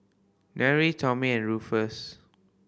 Nery Tommy and Rufus